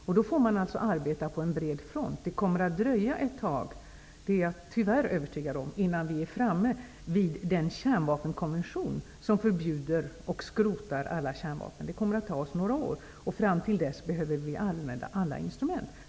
Då får man arbeta på bred front. Det kommer dock att dröja ett tag -- det är jag tyvärr övertygad om -- innan vi är framme vid den kärnvapenkonvention som innebär förbud mot och skrotning av alla kärnvapen. Det kommer att ta några år. Fram till dess behöver vi använda alla instrument.